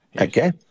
okay